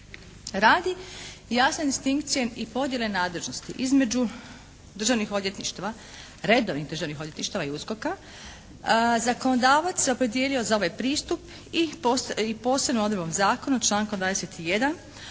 Radi jasne distinkcije i podjele nadležnosti između državnih odvjetništava, redovnih državnih odvjetništava i USKOK-a zakonodavac se opredijelio za ovaj pristup i posebnom odredbom zakona člankom 21.